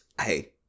hey